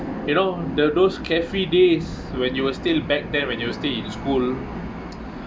you know the those carefree days when you were still back then when you still in school